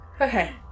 Okay